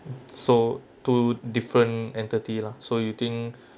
so two different entity lah so you think